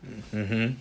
mmhmm